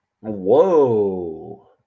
Whoa